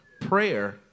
Prayer